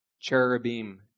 Cherubim